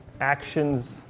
actions